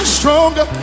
stronger